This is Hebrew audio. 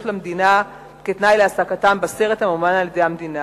למדינה כתנאי להעסקתם בסרט הממומן על-ידי המדינה.